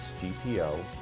GPO